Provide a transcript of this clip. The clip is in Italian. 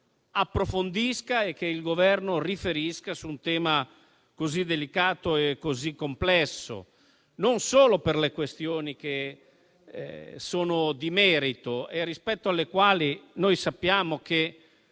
approfondisca e che il Governo riferisca su un tema così delicato e così complesso, non solo per le questioni di merito, rispetto alle quali sappiamo che